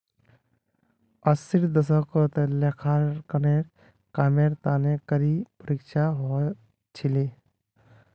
अस्सीर दशकत लेखांकनेर कामेर तने कड़ी परीक्षा ह छिले